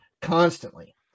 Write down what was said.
constantly